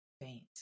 faint